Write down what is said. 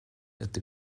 это